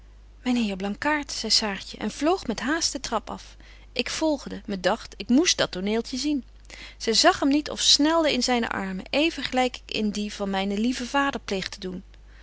myn heer blankaart zei saartje en vloog met haast den trap af ik volgde me dagt ik moest dat toneeltje zien zy zag hem niet of snelde in zyne armen even gelyk ik in die van mynen lieven vader pleeg te doen